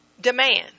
Demand